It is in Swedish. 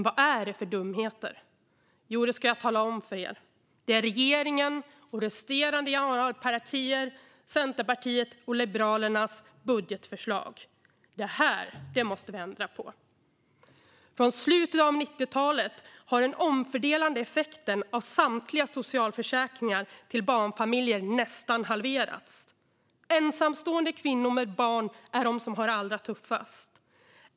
Vad är det för dumheter? Jo, det ska jag tala om. Det är regeringens och de övriga januaripartiernas - Centerpartiets och Liberalernas - budgetförslag. Detta måste vi ändra på. Från slutet av 90-talet har den omfördelande effekten av samtliga socialförsäkringar till barnfamiljer nästan halverats. Ensamstående kvinnor med barn har det allra tuffast.